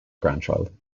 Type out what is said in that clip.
grandchild